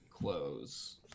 close